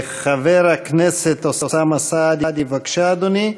חבר הכנסת אוסאמה סעדי, בבקשה, אדוני.